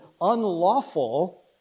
unlawful